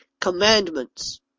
commandments